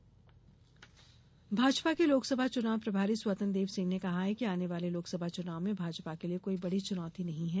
भाजपा बैठक भाजपा के लोकसभा चुनाव प्रभारी स्वतंत्र देव सिंह ने कहा है कि आने वाले लोकसभा चुनाव में भाजपा के लिए कोई बड़ी चुनौती नहीं है